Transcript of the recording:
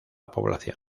población